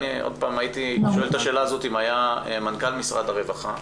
עוד פעם היית שואל את השאלה הזאת אם היה מנכ"ל משרד הרווחה.